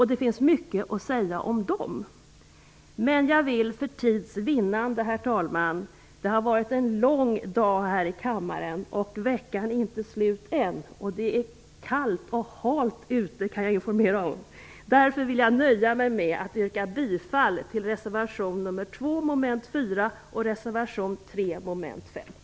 Det finns mycket att säga om dem, men jag vill för tids vinnande, herr talman - det har varit en lång dag här i kammaren, och veckan är inte slut än - nöja mig med att yrka bifall till reservation nr 2 under mom. 4 och till reservation 3 under mom. 5.